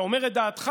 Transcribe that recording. אתה אומר את דעתך,